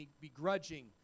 begrudging